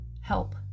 help